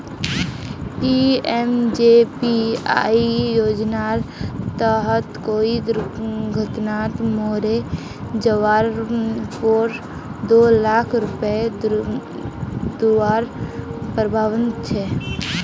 PMJBY योज्नार तहत कोए दुर्घत्नात मोरे जवार पोर दो लाख रुपये दुआर प्रावधान छे